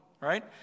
right